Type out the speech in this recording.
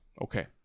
Okay